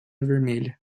vermelha